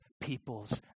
peoples